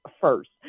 First